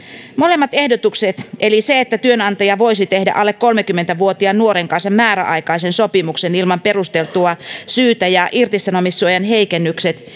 molemmat ehdotukset eli se että työnantaja voisi tehdä alle kolmekymmentä vuotiaan nuoren kanssa määräaikaisen sopimuksen ilman perusteltua syytä ja irtisanomissuojan heikennykset